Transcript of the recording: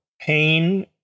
pain